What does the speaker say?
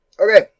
okay